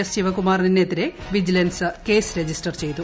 S ശിവകുമാറിന് എതിരെ vigilance case register ചെയ്തു